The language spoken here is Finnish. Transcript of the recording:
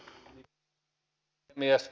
arvoisa puhemies